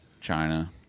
China